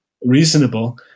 Reasonable